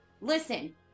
listen